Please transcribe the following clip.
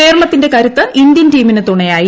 കേരളത്തിന്റെ കരുത്ത് ഇന്ത്യൻ ടീമിന് തുണയായി